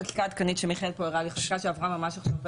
אולי עוד דוגמה לחקיקה עדכנית שעברה ממש עכשיו.